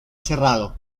cerrado